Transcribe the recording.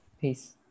Peace